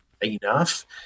enough